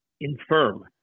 infirm